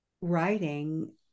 writing